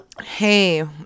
Hey